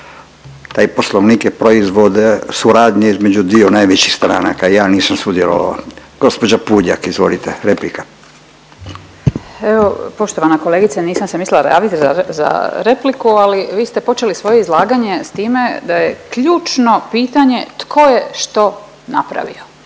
taj poslovnik je proizvod suradnje između dviju najvećih stranaka ja nisam sudjelovao. Gospođa Puljak izvolite replika. **Puljak, Marijana (Centar)** Evo poštovana kolegice nisam se mislila javiti za repliku, ali vi ste počeli svoje izlaganje s time da je ključno pitanje tko je što napravio.